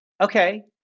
okay